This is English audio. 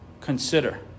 Consider